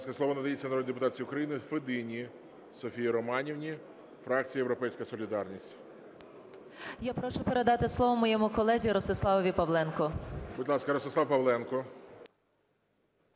Будь ласка, слово надається народній депутатці України Федині Софії Романівні, фракція "Європейська солідарність". 13:32:36 ФЕДИНА С.Р. Я прошу передати слово моєму колезі Ростиславові Павленку. ГОЛОВУЮЧИЙ. Будь ласка, Ростислав Павленко.